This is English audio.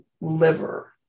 liver